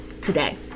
today